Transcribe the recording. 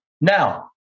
Now